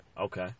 Okay